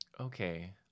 Okay